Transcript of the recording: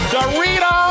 Dorito